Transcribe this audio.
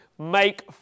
make